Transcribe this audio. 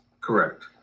Correct